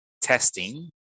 testing